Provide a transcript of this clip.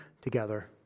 together